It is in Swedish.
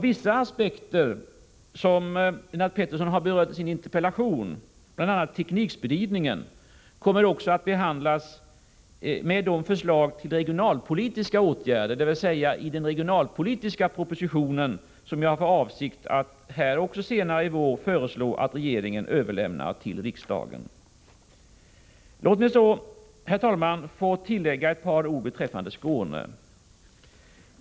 Vissa aspekter som Lennart Pettersson har berört i sin interpellation — det gäller bl.a. teknikspridningen — kommer att beaktas i samband med behandlingen av förslagen till regionalpolitiska åtgärder, dvs. i den regionalpolitiska proposition som jag har för avsikt att senare i vår föreslå att regeringen överlämnar till riksdagen. Låt mig sedan, herr talman, lägga till ett par ord beträffande Skåne.